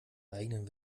eigenen